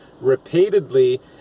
repeatedly